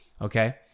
Okay